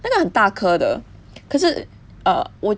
那个很大颗的可是 err 我